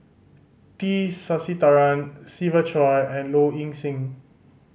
T Sasitharan Siva Choy and Low Ing Sing